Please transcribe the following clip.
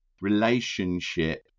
relationship